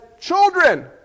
children